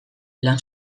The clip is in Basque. lan